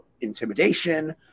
intimidation